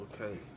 okay